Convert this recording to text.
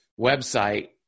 website